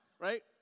right